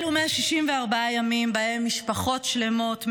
אלו 164 ימים שבהם משפחות שלמות,